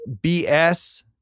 BS